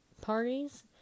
parties